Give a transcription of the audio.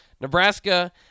nebraska